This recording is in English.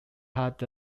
had